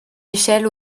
échelle